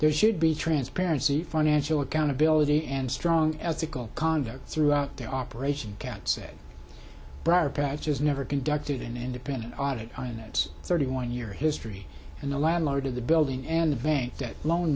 there should be transparency financial accountability and strong ethical conduct throughout their operation count said briarpatch as never conducted an independent audit in that thirty one year history and the landlord of the building and the bank that loan